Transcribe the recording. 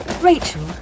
Rachel